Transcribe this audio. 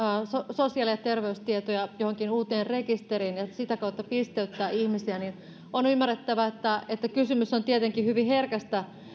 sosiaali ja terveystietoja johonkin uuteen rekisteriin ja sitä kautta pisteyttää ihmisiä niin on ymmärrettävää että että kysymys on tietenkin hyvin herkästä